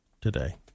today